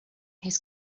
his